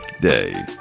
Day